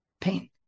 Pain